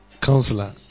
Counselor